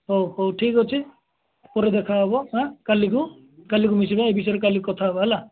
ହଉ ହଉ ଠିକ୍ ଅଛି ପରେ ଦେଖା ହେବ ଏଁ କାଲିକୁ କାଲିକୁ ମିଶିବା ଏ ବିଷୟରେ କାଲି କଥା ହୋବା ହେଲା